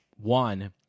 one